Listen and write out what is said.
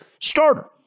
starter